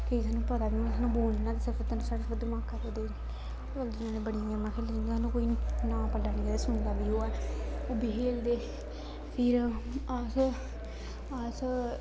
केईं सानूं पता बी होना सानूं बोलना ते सिर्फ सानूं दमाका च अजें बड़ी गेमां खेली दियां सानूं कोई नांऽ पता निं कदें सुने दा बी होऐ उब्बी खेलदे फिर अस अस